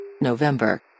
November